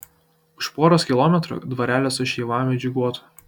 už poros kilometrų dvarelis su šeivamedžių guotu